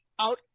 out